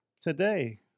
Today